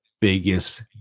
biggest